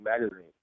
Magazine